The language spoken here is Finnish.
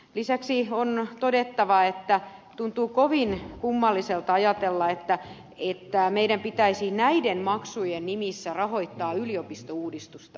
lisäksi on todettava että tuntuu kovin kummalliselta ajatella että meidän pitäisi näiden maksujen nimissä rahoittaa yliopistouudistusta